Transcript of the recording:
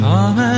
Come